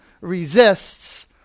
resists